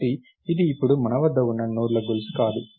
కాబట్టి ఇది ఇప్పుడు మన వద్ద ఉన్న నోడ్ల గొలుసు కాదు